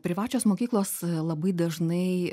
privačios mokyklos labai dažnai